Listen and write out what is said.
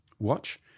watch